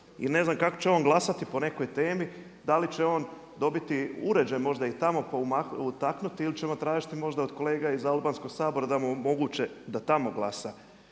i ne znam kako će on glasati po nekoj temi, da li će on dobiti uređaj možda i tamo pa utaknuti ili ćemo tražiti možda od kolega iz albanskog sabora da mu omoguće da tamo glasa.